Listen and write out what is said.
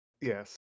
Yes